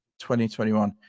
2021